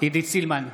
עידית סילמן,